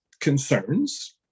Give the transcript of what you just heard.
concerns